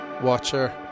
Watcher